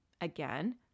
again